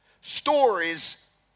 Stories